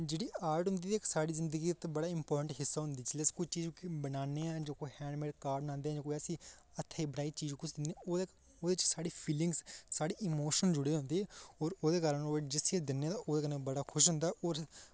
जेह्ड़ी आर्ट होंदी साढ़ी जिंदगी दी बड़ा ई इंपार्टैंट हिस्सा होंदी जेल्लै अस कोई चीज बनान्ने आं जां कोई हैंड मेड कार्ड बनांदे जां कोई ऐसी हत्थै दी बनाई दी चीज ओह्दे च ओह्दे च साढ़ी फिलिंग साढ़े इमोशन जुड़े दे होंदे और ओह्दे कारण ओह् जिसी अस दिन्ने आं ओह्दे कन्नै बड़ा खुश होंदा ऐ और